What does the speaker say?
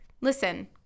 listen